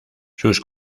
sus